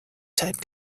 type